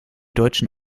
deutschen